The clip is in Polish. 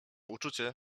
uczucie